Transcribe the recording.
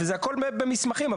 הכול במסמכים,